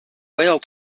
whale